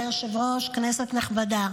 מה ההווה, שאתה רוצה אותי בים?